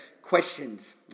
questions